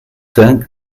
cinq